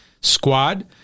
squad